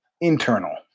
internal